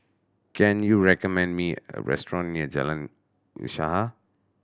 can you recommend me a restaurant near Jalan Usaha